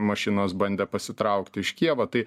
mašinos bandė pasitraukti iš kijevo tai